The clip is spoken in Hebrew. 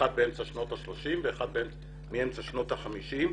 האחת באמצע שנות ה-30 והשני מאמצע שנות ה-50,